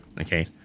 okay